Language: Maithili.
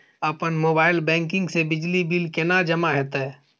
अपन मोबाइल बैंकिंग से बिजली बिल केने जमा हेते?